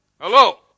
Hello